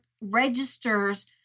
registers